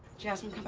jasmine,